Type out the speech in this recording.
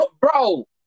bro